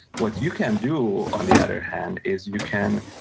what you can do on the other hand is you can,